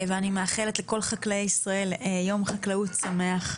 אני מאחלת לכל חקלאי ישראל יום חקלאות שמח.